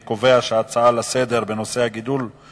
אני קובע שההצעות לסדר-היום בנושא הגדלת